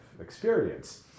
experience